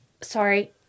Sorry